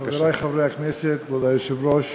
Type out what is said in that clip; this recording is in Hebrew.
חברי חברי הכנסת, כבוד היושב-ראש,